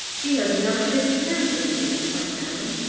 he has never shaken hands with me! exclaimed allan,